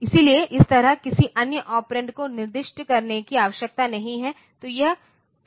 इसलिए इस तरह किसी अन्य ऑपरेंड को निर्दिष्ट करने की आवश्यकता नहीं है